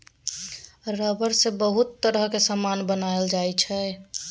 rubber सँ बहुत तरहक समान बनाओल जाइ छै